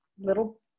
Little